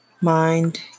mind